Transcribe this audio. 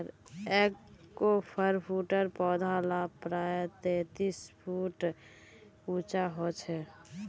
एगफ्रूटेर पौधा ला प्रायः तेतीस फीट उंचा होचे